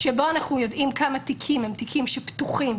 שבו אנחנו יודעים כמה תיקים הם תיקים שפתוחים,